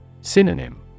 Synonym